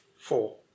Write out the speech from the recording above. Four